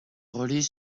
relais